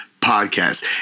podcast